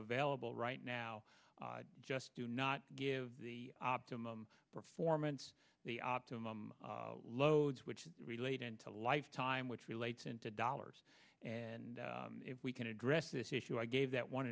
available right now just do not give the optimum performance the optimum loads which is related to life time which relates in to dollars and if we can address this issue i gave that one